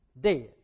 dead